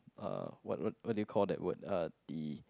uh what what what do you call that word uh the